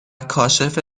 کاشف